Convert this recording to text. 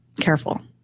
careful